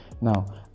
now